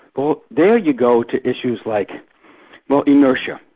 well there you go to issues like well, inertia,